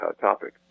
topic